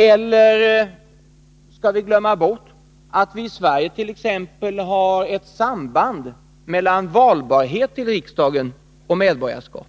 Vi skall inte glömma bort att vi i Sverige t.ex. har ett samband mellan valbarhet till riksdagen och medborgarskap.